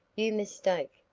you mistake,